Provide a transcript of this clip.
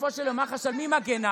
בסופו של יום, על מי מגינה